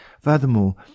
Furthermore